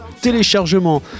téléchargement